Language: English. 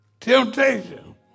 Temptation